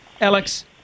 Alex